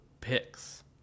picks